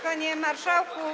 Panie Marszałku!